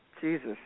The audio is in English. Jesus